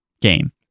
game